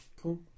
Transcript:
Cool